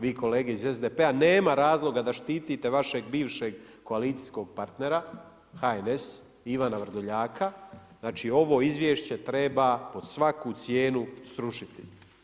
Vi kolege iz SDP-a nema razloga da štitite vaše bivšeg koalicijskog partnera, HNS i Ivana Vrdoljaka, znači ovo izvješće treba pod svaku cijenu srušiti.